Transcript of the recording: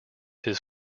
his